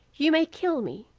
you may kill me,